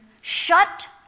shut